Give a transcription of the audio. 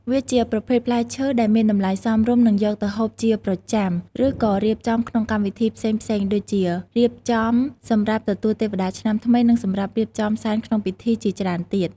វាជាប្រភេទផ្លែឈើដែលមានតម្លៃសមរម្យនិងយកទៅហូបជាប្រចាំ ឬក៏រៀបចំក្នុងកម្មវិធីផ្សេងៗដូចជា រៀបចំសម្រាប់ទទួលទេវតាឆ្នាំថ្មី និងសម្រាប់រៀបចំសែនក្នុងពិធីជាច្រើនទៀត។